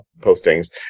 postings